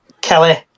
Kelly